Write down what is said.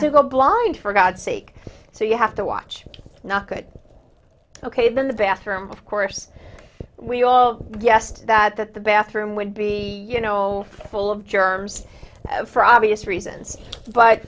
to go blind for godsake so you have to watch not good ok then the bathroom of course we all yes to that that the bathroom would be you know full of germs for obvious reasons but